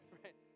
right